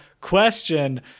question